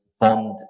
Bond